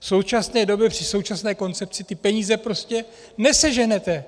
V současné době při současné koncepci ty peníze prostě neseženete.